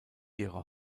ihre